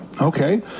Okay